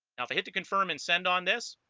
now if i hit to confirm and send on this